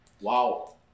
Wow